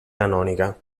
canonica